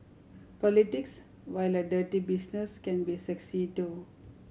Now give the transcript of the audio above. politics while a dirty business can be sexy too